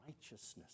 righteousness